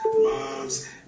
moms